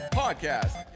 podcast